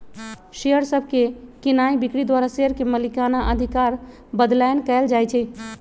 share सभके कीनाइ बिक्री द्वारा शेयर के मलिकना अधिकार बदलैंन कएल जाइ छइ